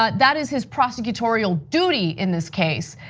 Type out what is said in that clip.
ah that is his prosecutorial duty in this case.